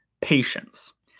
patience